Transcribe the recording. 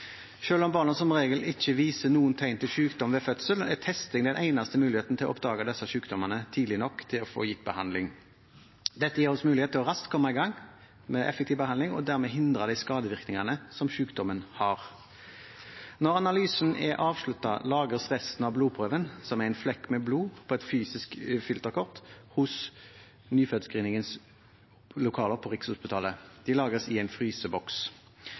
barna som regel ikke viser noen tegn til sykdom ved fødsel, er testing den eneste muligheten til å oppdage de sykdommene tidlig nok til å få gitt behandling. Dette gir oss mulighet til raskt å komme i gang med effektiv behandling og dermed hindre de skadevirkningene som sykdommen har. Når analysen er avsluttet, lagres resten av blodprøven, som er en flekk med blod på et fysisk filterkort, hos Nyfødtscreeningens lokaler på Rikshospitalet. Den lagres i en fryseboks.